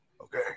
okay